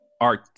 art